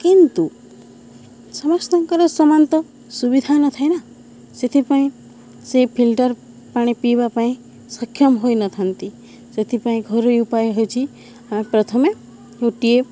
କିନ୍ତୁ ସମସ୍ତଙ୍କର ସମାନ ତ ସୁବିଧା ନଥାଏ ନା ସେଥିପାଇଁ ସେ ଫିଲ୍ଟର ପାଣି ପିଇବା ପାଇଁ ସକ୍ଷମ ହୋଇନଥାନ୍ତି ସେଥିପାଇଁ ଘରୋଇ ଉପାୟ ହେଉଛି ଆମେ ପ୍ରଥମେ ଗୋଟିଏ